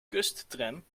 kusttram